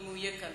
אם הוא יהיה כאן,